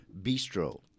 bistro